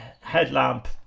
headlamp